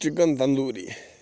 chicken tandoori